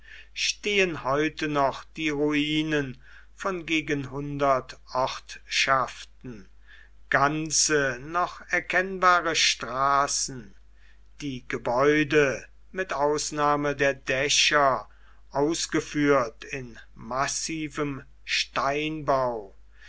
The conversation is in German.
stehen heute noch die ruinen von gegen hundert ortschaften ganze noch erkennbare straßen die gebäude mit ausnahme der dächer ausgeführt in massivem steinbau